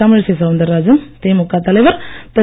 தமிழிசை சவுந்தர்ராஜன் திமுக தலைவர் திரு